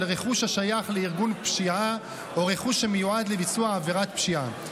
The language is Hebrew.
רכוש השייך לארגון פשיעה או רכוש שמיועד לביצוע עבירת פשיעה.